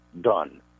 done